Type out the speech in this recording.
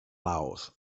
laos